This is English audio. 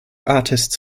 artists